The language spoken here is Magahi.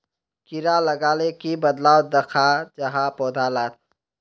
कीड़ा लगाले की बदलाव दखा जहा पौधा लात?